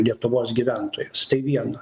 lietuvos gyventojas tai viena